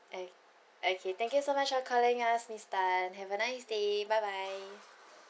o~ okay thank you so much for calling us miss tan have a nice day bye bye